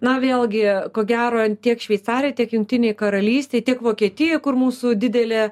na vėlgi ko gero tiek šveicarijoj tiek jungtinėj karalystėj tiek vokietijoj kur mūsų didelė